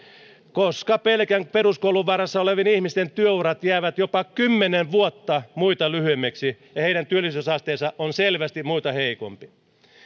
koska pelkän peruskoulun varassa olevien ihmisten työurat jäävät jopa kymmenen vuotta muita lyhyemmiksi ja heidän työllisyysasteensa on selvästi muita heikompi